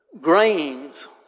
grains